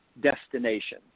destination